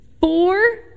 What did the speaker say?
Four